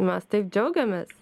mes taip džiaugiamės